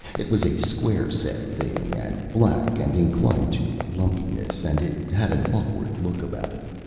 it was a square-set thing and black and inclined to lumpiness and it had an awkward look about it,